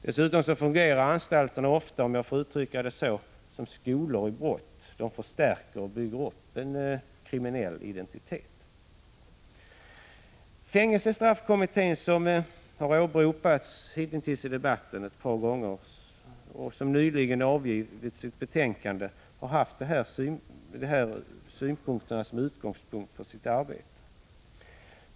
Dessutom fungerar anstalterna ofta, om jag får uttrycka det så, som skolor i brott. De förstärker och bygger upp en kriminell identitet. Fängelsestraffkommittén, som åberopats i debatten här och som nyligen avlämnat sitt betänkande, har haft det här synsättet som utgångspunkt för sitt arbete.